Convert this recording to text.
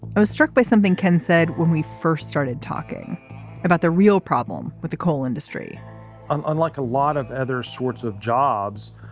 i was struck by something ken said when we first started talking about the real problem with the coal industry um unlike a lot of other sorts of jobs